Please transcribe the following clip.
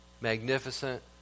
magnificent